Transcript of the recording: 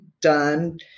done